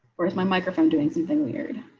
where's my microphone doing something weird